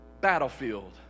battlefield